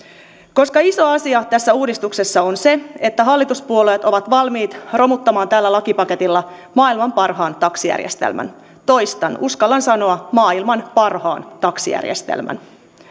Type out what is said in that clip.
koska iso asia tässä uudistuksessa on se että hallituspuolueet ovat valmiit romuttamaan tällä lakipaketilla maailman parhaan taksijärjestelmän toistan uskallan sanoa maailman parhaan taksijärjestelmän